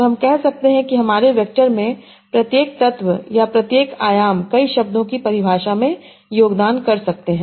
तो हम कह सकते हैं कि हमारे वेक्टर में प्रत्येक तत्व या प्रत्येक आयाम कई शब्दों की परिभाषा में योगदान कर सकते हैं